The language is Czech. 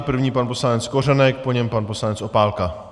První pan poslanec Kořenek, po něm pan poslanec Opálka.